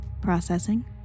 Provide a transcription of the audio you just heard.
processing